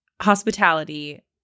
hospitality